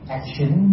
action